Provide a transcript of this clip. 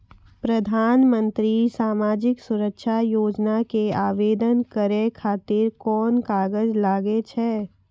प्रधानमंत्री समाजिक सुरक्षा योजना के आवेदन करै खातिर कोन कागज लागै छै?